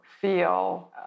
feel